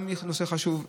שהוא גם נושא חשוב,